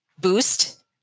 boost